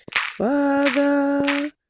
Father